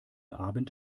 abend